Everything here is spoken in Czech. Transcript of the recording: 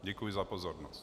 Děkuji za pozornost.